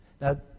Now